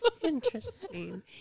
Interesting